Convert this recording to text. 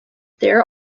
there